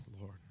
Lord